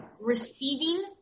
receiving